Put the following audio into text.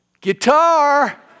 Guitar